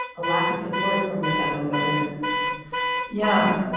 lack of support from the federal government yeah.